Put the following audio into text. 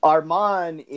Armand